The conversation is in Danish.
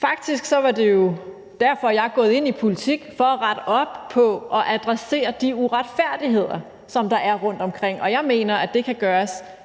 Faktisk er det jo derfor, jeg er gået ind i politik, altså for at rette op på og adressere de uretfærdigheder, som der er rundtomkring, og jeg mener, at det kan gøres